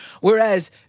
Whereas